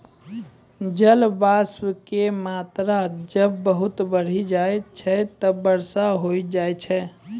जलवाष्प के मात्रा जब बहुत बढ़ी जाय छै तब वर्षा होय छै